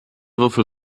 würfel